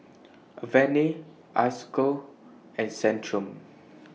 Avene Isocal and Centrum